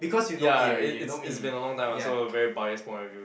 ya it it's it's been a long time ah so very biased point of view